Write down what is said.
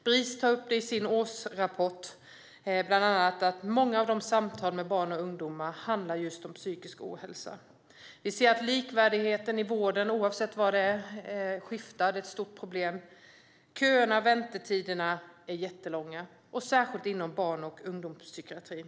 Bris tar i sin årsrapport upp bland annat att många av deras samtal med barn och ungdomar handlar just om psykisk ohälsa. Den bristande likvärdigheten i vården är ett stort problem. Köerna och väntetiderna är jättelånga, särskilt inom barn och ungdomspsykiatrin.